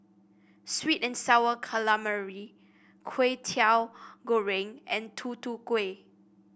sweet and sour calamari Kwetiau Goreng and Tutu Kueh